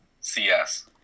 CS